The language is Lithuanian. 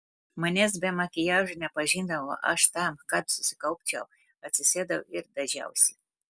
manęs be makiažo nepažindavo aš tam kad susikaupčiau atsisėdau ir dažiausi